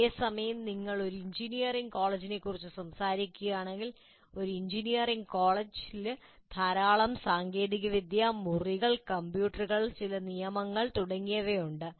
അതേസമയം നിങ്ങൾ ഒരു എഞ്ചിനീയറിംഗ് കോളേജിനെക്കുറിച്ച് സംസാരിക്കുകയാണെങ്കിൽ ഒരു എഞ്ചിനീയറിംഗ് കോളേജിന് ധാരാളം സാങ്കേതികവിദ്യ മുറികൾ കമ്പ്യൂട്ടറുകൾ ചില നിയമങ്ങൾ തുടങ്ങിയവയുണ്ട്